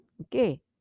Okay